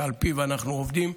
שעל פיו אנחנו עובדים.